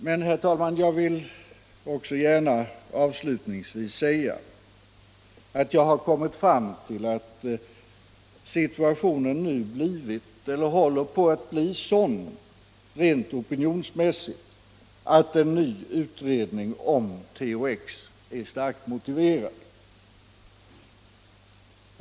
Men, herr talman, jag vill också gärna avslutningsvis säga att jag har kommit fram till uppfattningen att situationen nu rent opinionsmässigt blivit eller håller på att bli sådan att en ny utredning om THX är starkt motiverad.